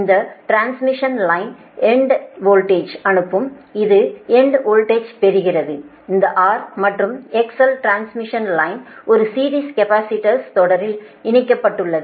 இந்த transmission line end வோல்டேஜை அனுப்பும் இது எண்ட் வோல்டேஜைப் பெறுகிறது இந்த R மற்றும் XL டிரான்ஸ்மிஷன் லைன் ஒரு சீரிஸ் கேபஸிடர்ஸ் தொடரில் இணைக்கப்பட்டுள்ளது